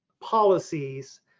policies